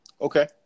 Okay